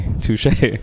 touche